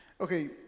Okay